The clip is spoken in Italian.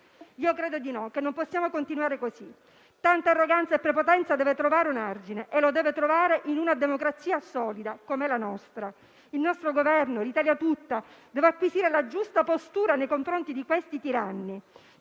Credo che non possiamo continuare così. Tanta arroganza e prepotenza deve trovare un argine e lo deve trovare in una democrazia solida come la nostra. Il nostro Governo e l'Italia tutta devono acquisire la giusta postura nei confronti di questi tiranni